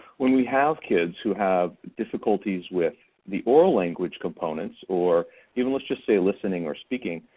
when we have kids who have difficulties with the oral language components, or even let's just say listening or speaking,